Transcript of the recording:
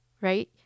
right